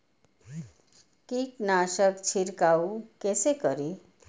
कीट नाशक छीरकाउ केसे करी?